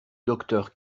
docteur